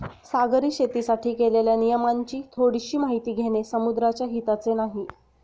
सागरी शेतीसाठी केलेल्या नियमांची थोडीशी माहिती घेणे समुद्राच्या हिताचे नाही